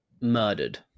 murdered